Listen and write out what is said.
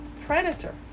predator